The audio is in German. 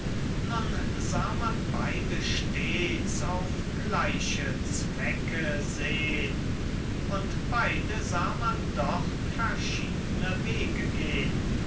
nun sah man beide stets auf gleiche zwecke sehn und beide sah man doch verschiedne wege gehn